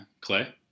Clay